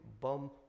bum